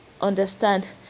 understand